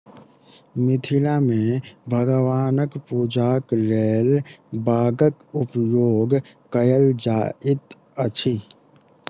मिथिला मे भगवानक पूजाक लेल बांगक उपयोग कयल जाइत अछि